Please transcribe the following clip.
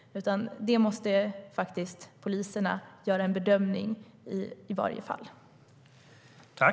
Det måste polisen göra en bedömning av i varje enskilt fall.